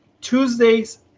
Tuesdays